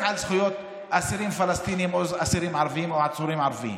על זכויות אסירים פלסטינים או אסירים ערבים או עצורים ערבים,